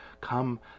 Come